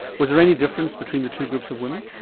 was there any difference between the two groups of women?